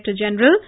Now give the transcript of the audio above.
General